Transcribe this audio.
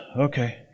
Okay